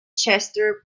chester